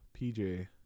pj